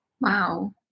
Wow